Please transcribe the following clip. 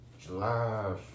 July